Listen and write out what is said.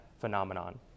phenomenon